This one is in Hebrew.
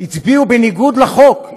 הצביעו בניגוד לחוק,